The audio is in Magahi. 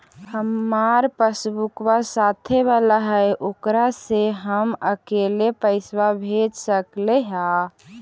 हमार पासबुकवा साथे वाला है ओकरा से हम अकेले पैसावा भेज सकलेहा?